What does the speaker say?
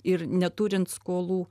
ir neturint skolų